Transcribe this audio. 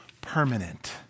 permanent